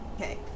Okay